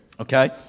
okay